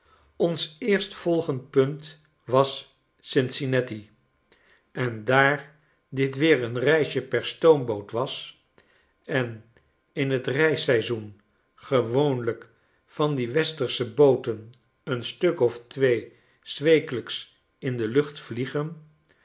ons eerstvolgend punt was cincinnati en daar dit weer een reisje per stoomboot was en in t reisseizoen gewoonlijk van die westersche booten een stuk of twee s wekelijks in de lucht vliegen